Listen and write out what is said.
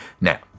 Now